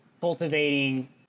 cultivating